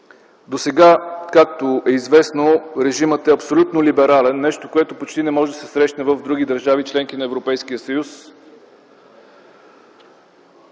Досега, както е известно, режимът е абсолютно либерален – нещо, което почти не може да се срещне в други държави – членки на Европейския съюз.